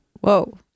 Whoa